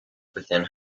within